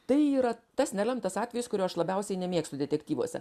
tai yra tas nelemtas atvejis kurio aš labiausiai nemėgstu detektyvuose